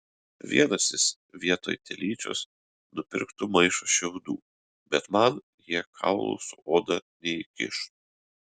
vienas jis vietoj telyčios nupirktų maišą šiaudų bet man jie kaulų su oda neįkiš